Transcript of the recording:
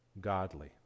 godly